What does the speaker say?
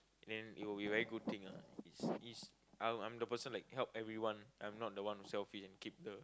then it will be very good thing ah is is i'm i'm the person like help everyone i'm not the one who selfish and keep the